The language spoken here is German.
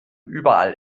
überall